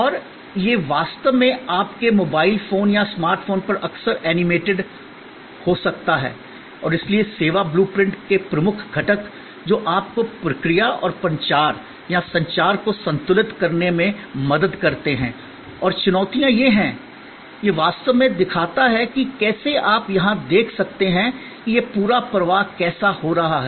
और यह वास्तव में आपके मोबाइल फोन या स्मार्ट फोन पर अक्सर एनिमेटेड हो सकता है और इसलिए सेवा ब्लू प्रिंट के प्रमुख घटक जो आपको प्रक्रिया और प्रचार या संचार को संतुलित करने में मदद करते हैं और चुनौतियां ये हैं यह वास्तव में दिखाता है कि कैसे आप यहां देख सकते हैं कि यह पूरा प्रवाह कैसा हो रहा है